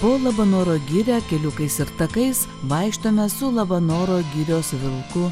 po labanoro girią keliukais ir takais vaikštome su labanoro girios vilku